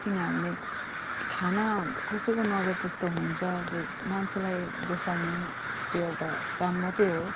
किनभने खाना कसैको नजर त्यस्तो हुन्छ त्यो मान्छेलाई दोस्याउनु यही त्यो एउटा काम मात्रै हो